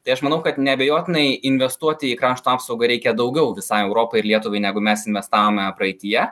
tai aš manau kad neabejotinai investuoti į krašto apsaugą reikia daugiau visai europai ir lietuvai negu mes investavome praeityje